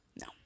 No